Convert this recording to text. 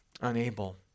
unable